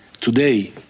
today